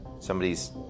somebody's